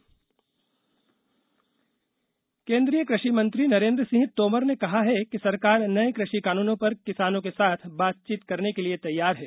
तोमर केंद्रीय कृषि मंत्री नरेंद्र सिंह तोमर ने कहा है कि सरकार नए कृषि कानूनों पर किसानों के साथ बातचीत करने के लिए तैयार है